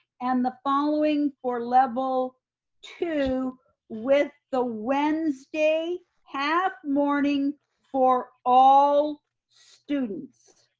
and the following for level two with the wednesday half morning for all students.